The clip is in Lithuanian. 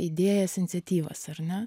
idėjas iniciatyvas ar ne